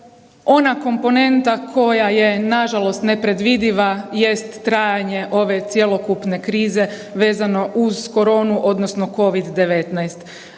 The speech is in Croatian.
ona komponenta koja je nažalost nepredvidiva jest trajanje ove cjelokupne krize vezano uz koronu odnosno Covid-19.